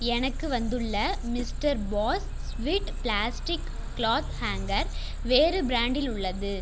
எனக்கு வந்துள்ள மிஸ்டர் பாஸ் ஸ்விட் பிளாஸ்டிக் க்ளாத் ஹேங்கர் வேறு ப்ரான்டில் உள்ளது